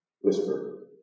whisper